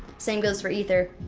same goes for ether.